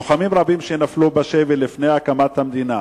לוחמים רבים שנפלו בשבי לפני הקמת המדינה